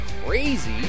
crazy